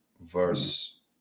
verse